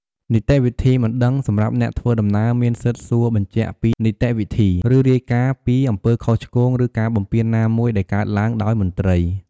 នីតិវិធីបណ្តឹង សម្រាប់អ្នកធ្វើដំណើរមានសិទ្ធិសួរបញ្ជាក់ពីនីតិវិធី ឬរាយការណ៍ពីអំពើខុសឆ្គង ឬការបំពានណាមួយដែលកើតឡើងដោយមន្ត្រី។